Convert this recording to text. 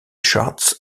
charts